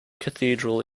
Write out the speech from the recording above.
cathedral